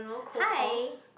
hi